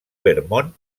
vermont